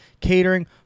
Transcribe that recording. catering